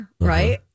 right